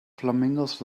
flamingos